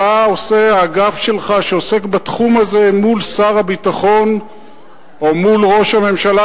מה עושה האגף שלך שעוסק בתחום הזה מול שר הביטחון או מול ראש הממשלה,